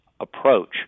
approach